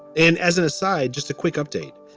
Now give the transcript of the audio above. and as an aside, just a quick update.